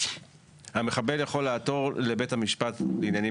-- המחבל יכול לעתור לבית המשפט בעניינים